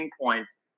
points